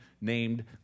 named